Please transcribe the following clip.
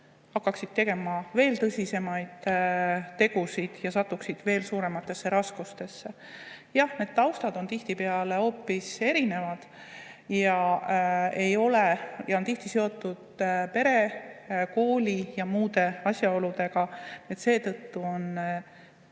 hakkavad tegema veel tõsisemaid tegusid ja satuvad veel suurematesse raskustesse. Jah, need taustad on tihtipeale hoopis erinevad ja on tihti seotud pere, kooli ja muude asjaoludega. Seetõttu on